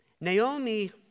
Naomi